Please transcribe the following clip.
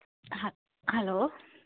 hello